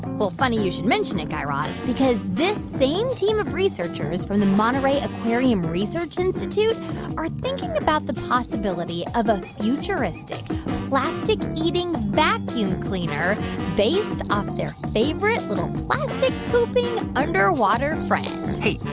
well, funny you should mention it, guy raz, because this same team of researchers from the monterey bay aquarium research institute are thinking about the possibility of a futuristic plastic-eating vacuum cleaner based off their favorite little plastic-pooping underwater friend hey,